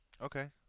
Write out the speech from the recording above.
Okay